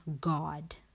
God